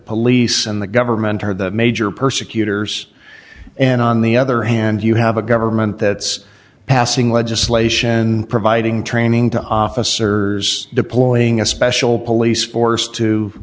police and the government are the major persecutors and on the other hand you have a government that's passing legislation providing training to officers deploying a special police force to